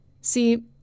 See